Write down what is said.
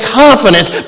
confidence